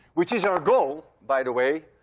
which is our goal, by the way,